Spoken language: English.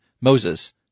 Moses